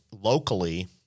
locally